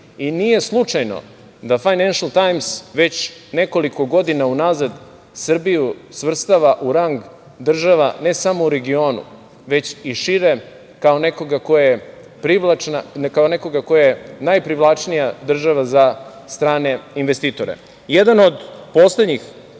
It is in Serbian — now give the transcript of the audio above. Nije slučajno da „Fajnenšel tajms“ već nekoliko godina unazad Srbiju svrstava u rang država, ne samo u regionu, već i šire kao nekoga ko je najprivlačnija država za strane investitore. Jedan